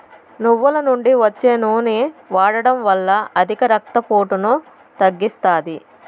నువ్వుల నుండి వచ్చే నూనె వాడడం వల్ల అధిక రక్త పోటును తగ్గిస్తాది